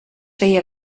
feia